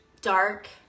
dark